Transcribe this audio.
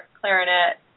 clarinet